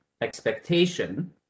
expectation